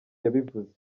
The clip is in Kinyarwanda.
yabivuze